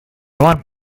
want